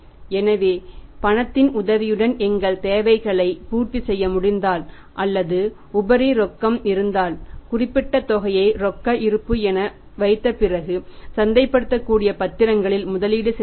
எனவே பணத்தின் உதவியுடன் எங்கள் தேவைகளை பூர்த்தி செய்ய முடிந்தால் அல்லது உபரி ரொக்கம் இருந்தால் குறிப்பிட்ட தொகையை ரொக்க இருப்பு என வைத்த பிறகு சந்தைப்படுத்தக்கூடிய பத்திரங்களில் முதலீடு செய்யப்படும்